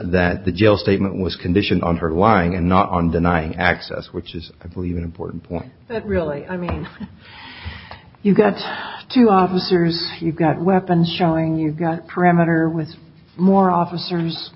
that the jail statement was conditioned on her whining and not on denying access which is i believe an important point that really i mean you've got two officers you've got weapons showing you've got perimeter with more officers